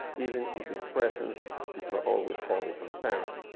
even if his presence is not always wholly transparent.